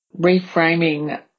reframing